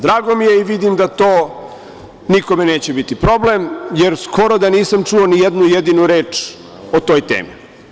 Drago mi je i vidim da to nikome neće biti problem, jer skoro da nisam čuo ni jednu jedinu reč o toj temi.